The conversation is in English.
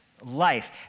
life